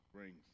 Rings